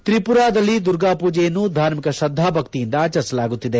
ತ್ರಿಪುರದಲ್ಲಿ ದುರ್ಗಾ ಪೂಜೆಯನ್ನು ಧಾರ್ಮಿಕ ಶ್ರದ್ಧಾಭಕ್ತಿಯಿಂದ ಆಚರಿಸಲಾಗುತ್ತಿದೆ